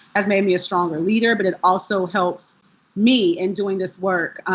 has made me a stronger leader, but it also helps me in doing this work.